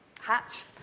hatch